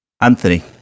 Anthony